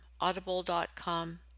Audible.com